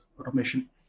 automation